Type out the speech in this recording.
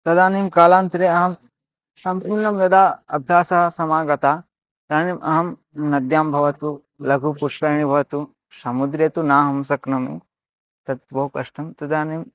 तदानीं कालान्तरे अहं सम्पूर्णं यदा अभ्यासः समागतः इदानीम् अहं नद्यां भवतु लघु पुष्करिणी भवतु समुद्रे तु नाहं शक्नोमि तत् भोः कष्टं तदानीं